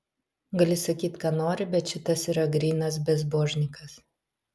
gali sakyt ką nori bet šitas yra grynas bezbožnikas